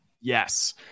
Yes